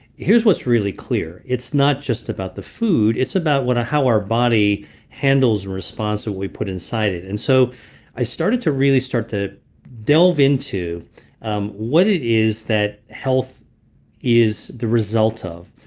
here's what's really clear. it's not just about the food. it's about how our body handles and responds to what we put inside it. and so i started to really start to delve into um what it is that health is the result of.